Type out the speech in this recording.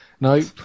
Nope